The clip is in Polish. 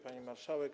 Pani Marszałek!